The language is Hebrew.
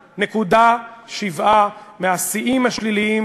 5.7%, מהשיאים השליליים